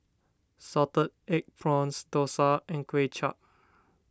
Salted Egg Prawns Dosa and Kuay Chap